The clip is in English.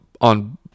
on